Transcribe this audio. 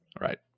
right